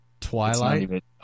twilight